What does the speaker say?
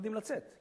מפחדים לצאת,